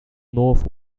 north